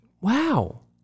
Wow